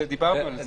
דיברנו על זה.